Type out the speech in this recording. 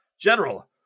General